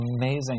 amazing